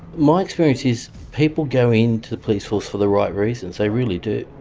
my experience is people go into the police force for the right reasons, they really do.